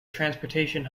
transportation